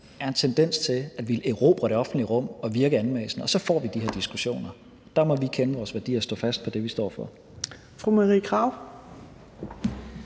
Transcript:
er en tendens til at ville erobre det offentlige rum og virke anmassende, og så får vi de her diskussioner. Der må vi kende vores værdier og stå fast på det, vi står for. Kl.